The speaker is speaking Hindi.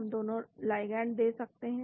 हम दोनों लिगैंड दे सकते हैं